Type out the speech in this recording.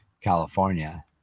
California